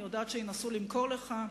אני יודעת שינסו למכור לך,